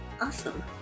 Awesome